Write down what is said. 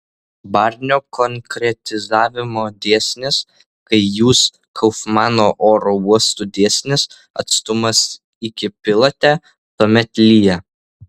barnio konkretizavimo dėsnis kai jūs kaufmano oro uostų dėsnis atstumas iki pilate tuomet lyja